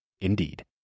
Indeed